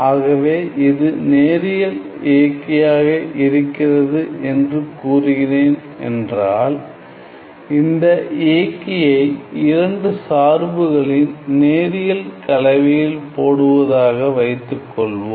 ஆகவே இது நேரியல் இயக்கியாக இருக்கிறது என்று கூறுகிறேன் என்றால் இந்த இயக்கியை இரண்டு சார்புகளின் நேரியல் கலவையில் போடுவதாக வைத்துக் கொள்வோம்